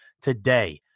today